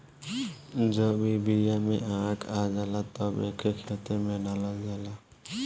जब ई बिया में आँख आ जाला तब एके खेते में डालल जाला